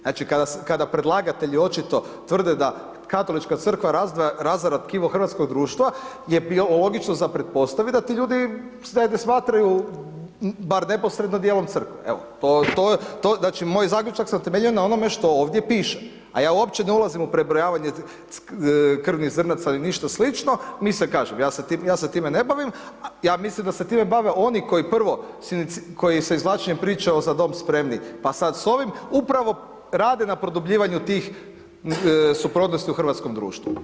Znači, kada predlagatelji očito tvrde da Katolička crkva razara tkivo hrvatskog društva je bilo logično za pretpostaviti da ti ljudi se ne smatraju baš neposredno dijelom Crkve, evo to, znači moj zaključak se temeljio na onome što ovdje piše, a ja uopće ne ulazim u prebrojavanje krvnih zrnaca ni ništa slično, mi se, kažem, ja se time ne bavim, ja mislim da se time bave oni koji prvo, koji se izvlačenjem priče o „Za dom spremni“ pa sad s ovim, upravo rade na produbljivanju tih suprotnosti u hrvatskom društvu.